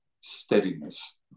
steadiness